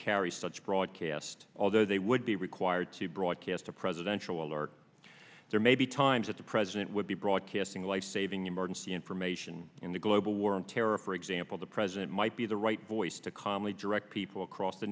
carry such broadcast although they would be required to broadcast a presidential alert there may be times that the president would be broadcasting life saving emergency information in the global war on terror for example the president might be the right boy to calmly direct people across the